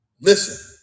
Listen